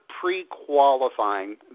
pre-qualifying